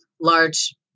large